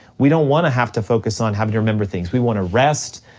we don't wanna have to focus on having to remember things, we wanna rest,